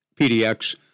PDX